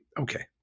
okay